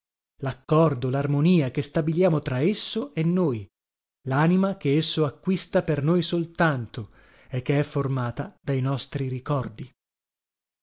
laccordo larmonia che stabiliamo tra esso e noi lanima che esso acquista per noi soltanto e che è formata dai nostri ricordi